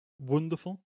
wonderful